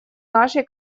нашей